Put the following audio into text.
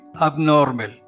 abnormal